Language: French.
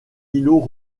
îlot